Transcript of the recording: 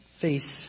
face